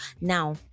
now